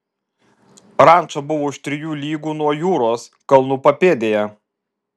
ranča buvo už trijų lygų nuo jūros kalnų papėdėje